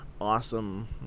awesome